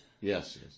yes